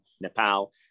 Nepal